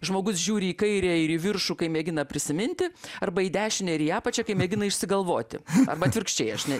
žmogus žiūri į kairę ir į viršų kai mėgina prisiminti arba į dešinę ir į apačią kai mėgina išsigalvoti arba atvirkščiai aš ne